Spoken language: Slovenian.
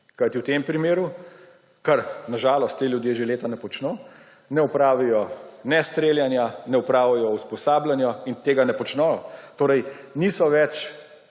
kajti v tem primeru, kar na žalost ti ljudje že leta ne počno, ne opravijo ne streljanja, ne opravijo usposabljanja in tega ne počno. Torej niso več,